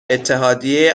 اتحادیه